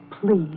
please